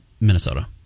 minnesota